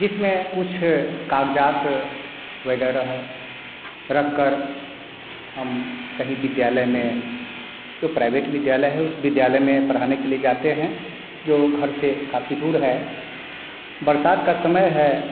जिसमें कुछ कागजात वैगरह रखकर हम कहीं विद्यालय में जो प्राइवेट विद्यालय है उसमें उस विद्यालय में पढ़ाने के लिए जाते हैं जो घर से काफी दूर है बरसात का समय है